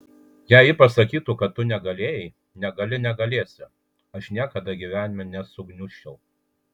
jei ji pasakytų kad tu negalėjai negali negalėsi aš niekada gyvenime nesugniužčiau